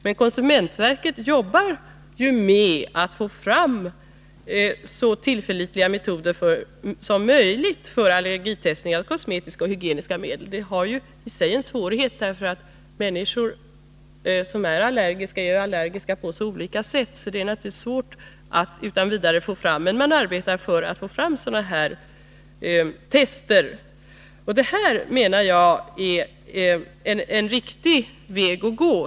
Men konsumentverket jobbar ju med att få fram så tillförlitliga metoder som möjligt för allergitestningar av kosmetiska och hygieniska medel. Det är en svår uppgift, bl.a. därför att människor ju kan vara allergiska på så många olika sätt, men man arbetar för att få fram sådana här tester. Detta är, menar jag, en riktig väg att gå.